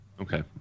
Okay